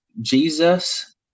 Jesus